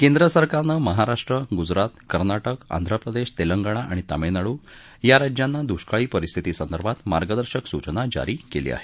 केंद्र सरकारने महाराष्ट्र गुजरात कर्नाटक आंध्रप्रदेश तेलगंणा आणि तामिळनाडू या राज्यांना दृष्काळी परिस्थिती संदर्भात मार्गदर्शक सूचना जारी केली आहे